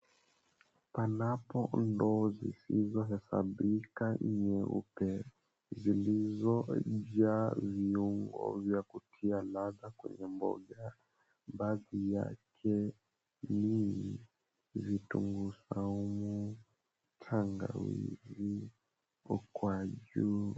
Panapo ndoo zisizohesabika nyeupe zilizojaa viungo vya kutia ladha kwenye mboga. Baadhi yake ni vitunguu saumu, tangawizi, ukwaju.